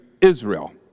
Israel